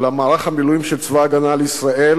אולם מערך המילואים של צבא-הגנה לישראל